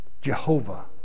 Jehovah